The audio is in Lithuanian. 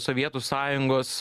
sovietų sąjungos